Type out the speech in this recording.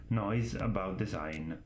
noiseaboutdesign